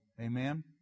Amen